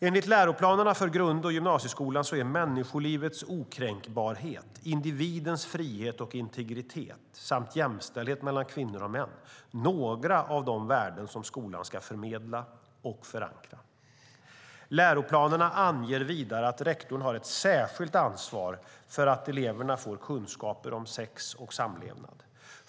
Enligt läroplanerna för grund och gymnasieskolan är människolivets okränkbarhet, individens frihet och integritet samt jämställdhet mellan kvinnor och män några av de värden som skolan ska förmedla och förankra. Läroplanerna anger vidare att rektorn har ett särskilt ansvar för att eleverna får kunskaper om sex och samlevnad.